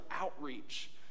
outreach